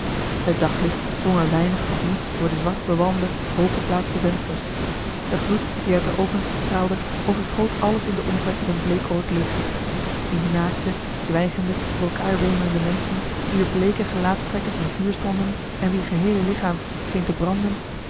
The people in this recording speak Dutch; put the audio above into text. het daglicht drong er weinig of niet door de zwartbewalmde hooggeplaatste vensters de gloed die uit de ovens straalde overgoot alles in den omtrek met een bleekrood licht die naakte zwijgende door elkaar wemelende menschen wier bleeke gelaatstrekken in vuur stonden en wier geheele lichaam scheen te branden